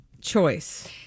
choice